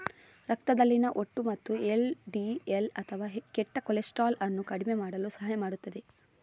ರಕ್ತದಲ್ಲಿನ ಒಟ್ಟು ಮತ್ತು ಎಲ್.ಡಿ.ಎಲ್ ಅಥವಾ ಕೆಟ್ಟ ಕೊಲೆಸ್ಟ್ರಾಲ್ ಅನ್ನು ಕಡಿಮೆ ಮಾಡಲು ಸಹಾಯ ಮಾಡುತ್ತದೆ